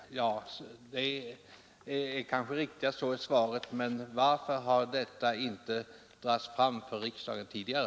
Fru talman! Det är kanske den riktiga förklaringen, men varför har inte denna fråga dragits fram för riksdagen tidigare?